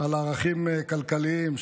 על ערכים כלכליים,